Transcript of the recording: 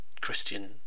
Christian